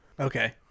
Okay